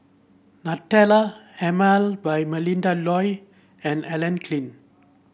Nutella Emel by Melinda Looi and Klein